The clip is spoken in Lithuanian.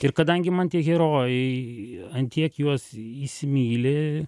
ir kadangi man tie herojai ant tiek juos įsimyli